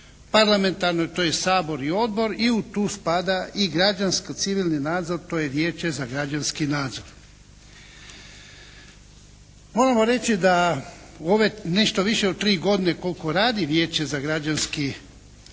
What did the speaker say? parlamentarno to je Sabor i odbor i u tu spada i građansko-civilni nadzor, to je Vijeće za građanski nadzor. Moramo reći da u ove nešto više od 3 godine koliko radi Vijeće za građanski nadzor